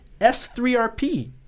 S3RP